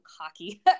cocky